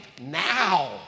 now